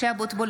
(קוראת בשמות חברי הכנסת) משה אבוטבול,